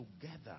together